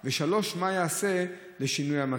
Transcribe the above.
3. מה ייעשה לשינוי המצב?